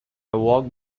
walked